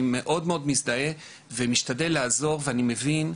מאוד מזדהה אתו ומשתדל לעזור ואני מבין,